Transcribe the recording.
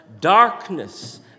darkness